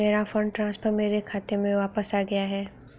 मेरा fund transfer मेरे खाते में वापस आ गया है